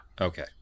okay